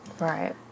right